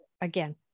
again